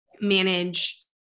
manage